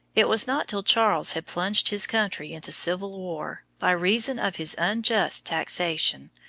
it was not till charles had plunged his country into civil war, by reason of his unjust taxation,